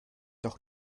doch